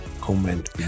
comment